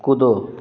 कूदो